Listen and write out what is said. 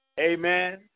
Amen